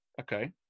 Okay